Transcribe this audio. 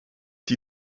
die